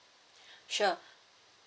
sure